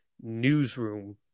newsroom